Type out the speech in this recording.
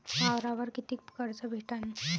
वावरावर कितीक कर्ज भेटन?